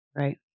Right